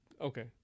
Okay